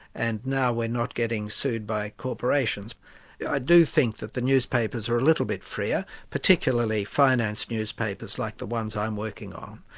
and now we're not getting sued by corporations, i do think that the newspapers are a little bit freer, particularly finance newspapers like the ones i'm working on,